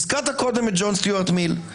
הזכרת קודם את ג'ון סטיוארט מיל.